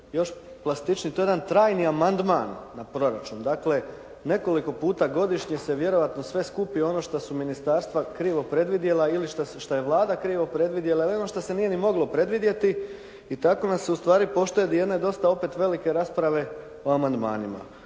ili da budem to je jedan trajni amandman na proračun. Dakle nekoliko puta godišnje se vjerojatno sve skupi ono što su ministarstva krivo predvidjela ili što je Vlada krivo predvidjela ili ono što se nije ni moglo predvidjeti i tako nas se ustvari poštedi jedne dosta opet velike rasprave o amandmanima.